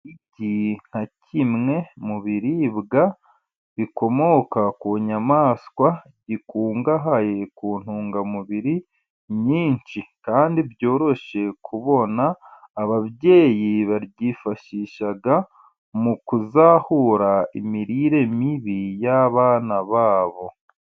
Igi nka kimwe mu biribwa bikomoka ku nyamaswa, gikungahaye ku ntungamubiri nyinshi, kandi byoroshye kubona, ababyeyi baryifashisha mu kuzahura imirire mibi y'abana ba bo.